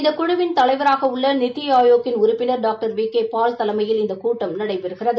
இந்த குழுவின் தலைவராக உள்ள நித்தி ஆயோக் யின் உறுப்பினர் டாக்டர் வி கே பால் தலைமையில் இந்த கூட்டம் நடைபெறுகிறது